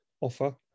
offer